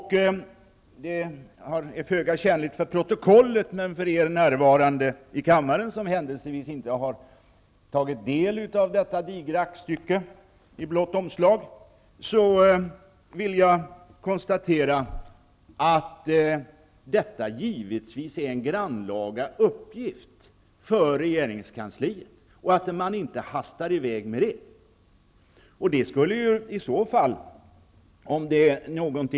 Det är föga tjänligt för protokollet, men för er närvarande i kammaren som händelsevis inte har tagit del av detta digra aktstycke i blått omslag, vill jag konstatera att det givetvis är en grannlaga uppgift för regeringskansliet att bearbeta utredningsförslagen. Det är en uppgift som man inte hastar iväg med.